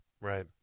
right